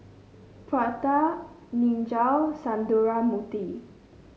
Pratap Niraj Sundramoorthy